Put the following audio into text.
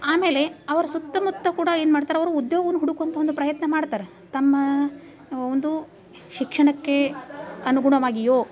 ಆಮೇಲೆ ಅವರ ಸುತ್ತ ಮುತ್ತ ಕೂಡ ಏನು ಮಾಡ್ತಾರೆ ಅವ್ರ ಉದ್ಯೋಗವನ್ನು ಹುಡುಕುವಂಥ ಒಂದು ಪ್ರಯತ್ನ ಮಾಡ್ತಾರೆ ತಮ್ಮ ಒಂದು ಶಿಕ್ಷಣಕ್ಕೆ ಅನುಗುಣವಾಗಿಯೋ